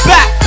Back